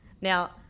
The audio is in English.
Now